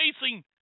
Facing